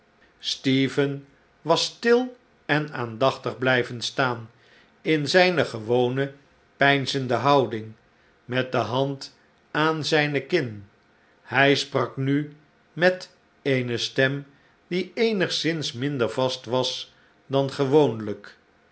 stephen was stil en aandachtig blijven staan in zijne gewone peinzende houding met de hand aan zijne kin hij sprak nu met eene stem die eenigszins minder vast was dan gewoonlijk